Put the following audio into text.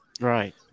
Right